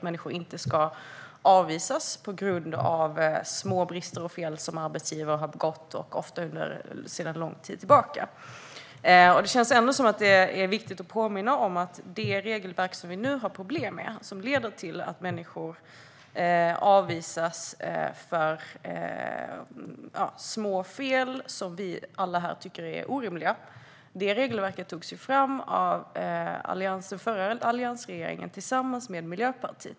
Människor ska inte avvisas på grund av små brister och fel och misstag som arbetsgivare har begått, ofta för en lång tid sedan. Det känns som att det är viktigt att påminna om att det regelverk som vi nu har problem med och som leder till att människor avvisas på grund av små fel, som vi alla här tycker är orimliga anledningar, togs fram av den förra alliansregeringen tillsammans med Miljöpartiet.